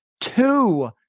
two